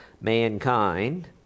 mankind